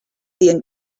dient